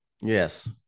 Yes